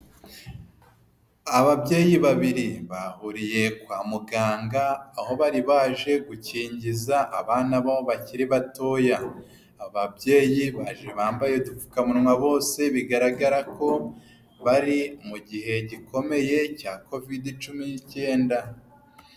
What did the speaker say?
Ababyeyi babiri bahuriye kwa muganga aho bari baje gukingiza abana bakiri batoya ababyeyi baje bambaye udupfukamunwa bose bigaragara ko bari mu gihe gikomeye cya kovidi cumi n'icyenda.